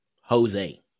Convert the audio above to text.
Jose